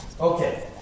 Okay